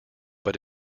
but